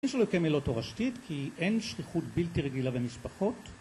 שלוקמיה היא לא תורשתית כי אין שכיחות בלתי רגילה במשפחות